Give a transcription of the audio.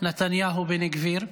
נתניהו-בן גביר.